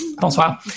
Bonsoir